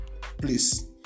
Please